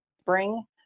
spring